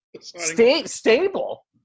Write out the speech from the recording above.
stable